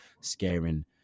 scaring